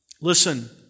Listen